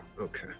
Okay